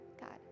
God